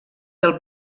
del